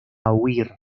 huir